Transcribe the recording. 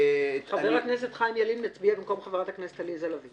חבר הכנסת חיים ילין מצביע במקום חברת הכנסת עליזה לביא.